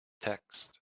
text